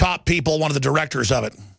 top people one of the directors of it